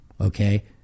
okay